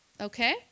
Okay